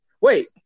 Wait